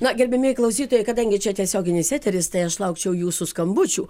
na gerbiamieji klausytojai kadangi čia tiesioginis eteris tai aš laukčiau jūsų skambučių